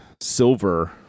silver